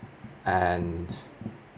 and